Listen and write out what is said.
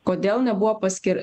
kodėl nebuvo paskir